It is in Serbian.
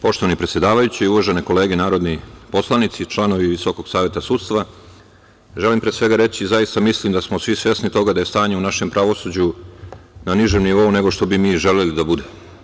Poštovani predsedavajući, uvažene kolege narodni poslanici, članovi Visokog saveta sudstva, želim, pre svega, reći da zaista mislim da smo svi svesni toga da je stanje u našem pravosuđu na nižem nivou nego što bi mi želeli da bude.